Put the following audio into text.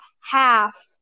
half